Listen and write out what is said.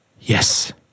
Yes